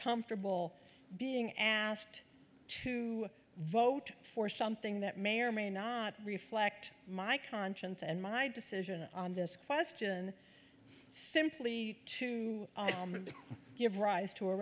comfortable being asked to vote for something that may or may not reflect my conscience and my decision on this question simply to give rise to a